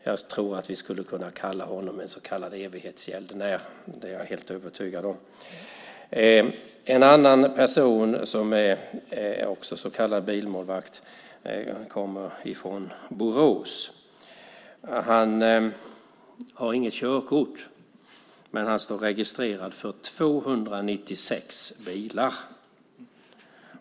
Jag tror att vi skulle kunna kalla honom en evighetsgäldenär - det är jag helt övertygad om. En annan person som också är så kallad bilmålvakt kommer från Borås. Han har inget körkort, men han står registrerad för 296 bilar.